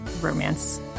romance